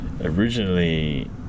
Originally